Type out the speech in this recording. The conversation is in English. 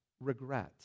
regret